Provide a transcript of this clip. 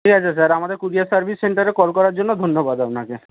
ঠিক আছে স্যার আমাদের ক্যুরিয়ার সার্ভিস সেন্টারে কল করার জন্য ধন্যবাদ আপনাকে